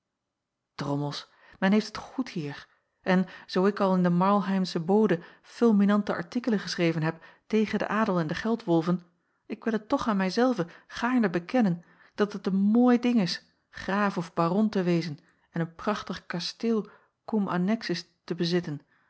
drommels men heeft het goed hier en zoo ik al in den marlheimschen bode fulminante artikelen geschreven heb tegen den adel en de geldwolven ik wil het toch aan mij zelven gaarne bekennen dat het een mooi ding is graaf of baron te wezen en een prachtig kasteel cum annexis te bezitten